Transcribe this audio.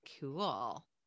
Cool